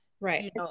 Right